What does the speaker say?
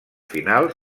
final